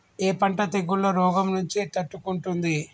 ఏ పంట తెగుళ్ల రోగం నుంచి తట్టుకుంటుంది?